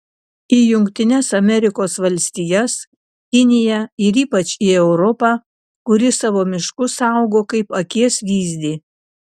į jungtines amerikos valstijas kiniją ir ypač į europą kuri savo miškus saugo kaip akies vyzdį